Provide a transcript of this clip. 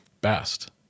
best